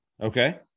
Okay